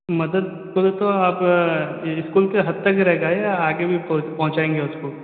مدد بولے تو آپ اسکول کے حد تک ہی رہے گا یا آگے بھی پہنچائیں گے اس کو